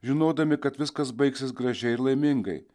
žinodami kad viskas baigsis gražiai ir laimingai